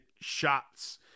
shots